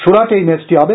সুরাটে এই ম্যাচটি হবে